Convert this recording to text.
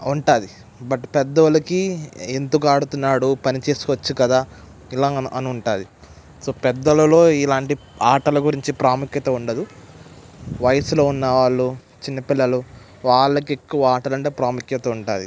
ఉంటుంది బట్ పెద్ద వాళ్ళకి ఎందుకు ఆడుతున్నాడు పని చేసుకోవచ్చు కదా ఇలా అని ఉంటుంది సో పెద్ద వాళ్ళలో ఇలాంటి ఆటల గురించి ప్రాముఖ్యత ఉండదు వయసులో ఉన్నవాళ్ళు చిన్నపిల్లలు వాళ్ళకి ఎక్కువ ఆటలంటే ప్రాముఖ్యత ఉంటుంది